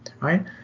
right